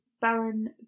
Baron